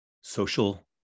social